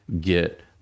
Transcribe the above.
get